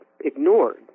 ignored